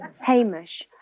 Hamish